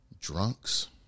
drunks